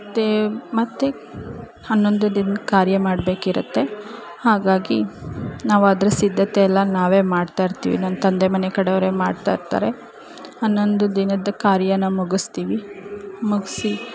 ತೇ ಮತ್ತು ಹನ್ನೊಂದು ದಿನದ ಕಾರ್ಯ ಮಾಡ್ಬೇಕಿರುತ್ತೆ ಹಾಗಾಗಿ ನಾವು ಅದ್ರ ಸಿದ್ದತೆಯೆಲ್ಲ ನಾವೇ ಮಾಡ್ತಾಯಿರ್ತೀವಿ ನನ್ನ ತಂದೆ ಮನೆ ಕಡೆಯವ್ರೆ ಮಾಡ್ತಾಯಿರ್ತಾರೆ ಹನ್ನೊಂದು ದಿನದ ಕಾರ್ಯನ ಮುಗಿಸ್ತೀವಿ ಮುಗಿಸಿ